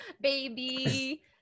Baby